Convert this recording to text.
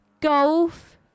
Golf